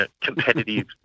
competitive